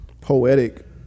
poetic